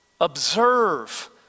Observe